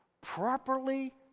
properly